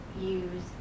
use